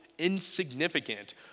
insignificant